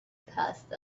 passed